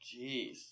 Jeez